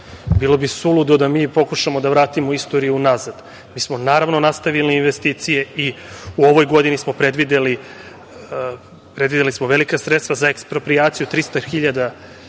Bilo bi suludo da mi pokušamo da vratimo istoriju nazad. Mi smo, naravno, nastavili investicije i u ovoj godini smo predvideli velika sredstva, za eksproprijaciju 300